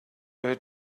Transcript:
her